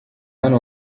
hano